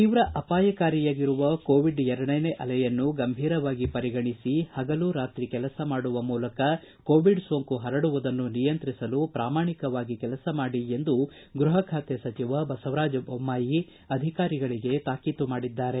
ತೀವ್ರ ಅಪಾಯಕಾರಿಯಾಗಿರುವ ಕೋವಿಡ್ ಎರಡನೇ ಅಲೆಯನ್ನು ಗಂಭೀರವಾಗಿ ಪರಿಗಣಿಸಿ ಪಗಲು ರಾತ್ರಿ ಕೆಲಸ ಮಾಡುವ ಮೂಲಕ ಕೋವಿಡ್ ಸೋಂಕು ಪರಡುವುದನ್ನು ನಿಯಂತ್ರಿಸಲು ಪ್ರಾಮಾಣಿಕವಾಗಿ ಕೆಲಸ ಮಾಡಿ ಎಂದು ಗೃಪ ಕಾನೂನು ಮತ್ತು ಸಂಸದೀಯ ವ್ಯವಹಾರಗಳ ಖಾತೆ ಸಚಿವ ಬಸವರಾಜ ಬೊಮ್ನಾಯಿ ಅಧಿಕಾರಿಗಳಿಗೆ ತಾಕೀತು ಮಾಡಿದ್ದಾರೆ